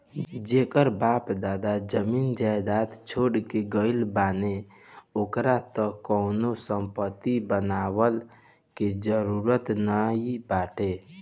जेकर बाप दादा जमीन जायदाद छोड़ के गईल बाने ओके त कवनो संपत्ति बनवला के जरुरत नाइ बाटे